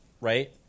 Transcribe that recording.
right